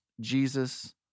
Jesus